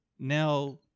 Now